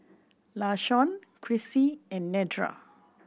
Lashawn Chrissie and Nedra